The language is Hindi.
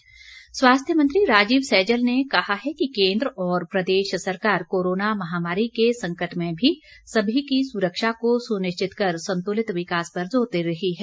सैजल स्वास्थ्य मंत्री राजीव सैजल ने कहा है कि केन्द्र और प्रदेश सरकार कोरोना महामारी के संकट में भी सभी की सुरक्षा को सुनिश्चित कर संतुलित विकास पर जोर दे रही है